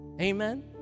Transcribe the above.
Amen